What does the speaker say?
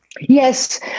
yes